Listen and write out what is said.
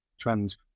trends